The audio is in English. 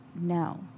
No